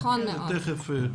נכון מאוד.